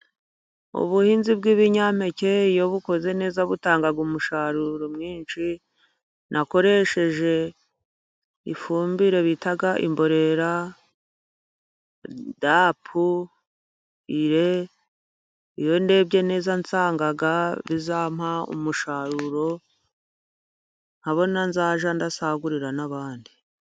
Ubuhinzi bw'ibinyampeke iyo bukoze neza butanga umusaruro mwinshi, nakoresheje ifumbire bita imborera, dapu, ire, iyo ndebye neza nsanga bizampa umusaruro nkabona nzajya ndasagurira n'abandi.